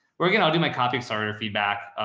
we're going. i'll do my copy of started feedback,